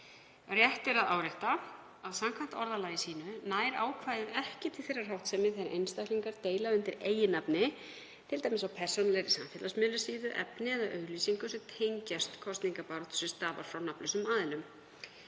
Rétt er að árétta að samkvæmt orðalagi sínu nær ákvæðið ekki til þeirrar háttsemi þegar einstaklingar deila undir nafni, t.d. á persónulegri samfélagsmiðlasíðu, efni eða auglýsingum sem tengjast kosningabaráttu sem stafar frá nafnlausum aðilum.